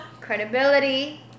credibility